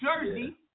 Jersey